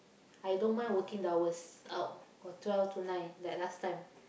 I don't mind working hours uh or twelve to nine like last time